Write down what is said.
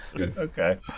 okay